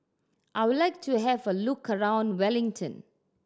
I would like to have a look around Wellington